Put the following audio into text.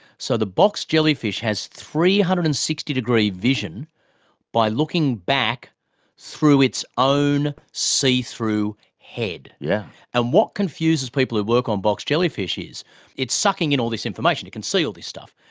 so the box jellyfish has three hundred and sixty degree vision by looking back through its own see-through head. yeah and what confuses people who work on box jellyfish is it's sucking in all this information, it can see all this stuff,